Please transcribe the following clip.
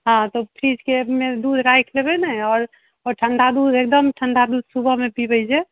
हॅं तऽ ओ फ्रीज के मे दूध राखि लेबै ने आओर आओर ठण्डा दूध एकदम ठण्डा दूध सुबहमे पिबै जे